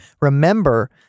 remember